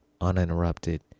uninterrupted